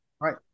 Right